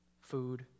Food